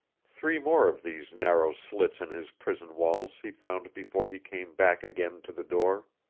three more of these narrow slits in his prison walls he found before he came back again to the door.